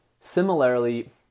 Similarly